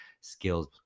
skills